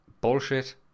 bullshit